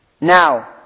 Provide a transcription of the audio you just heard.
Now